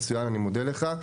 מצוין, אני מודה לך.